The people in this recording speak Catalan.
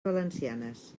valencianes